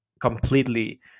completely